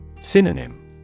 Synonym